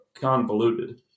convoluted